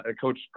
coach